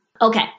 Okay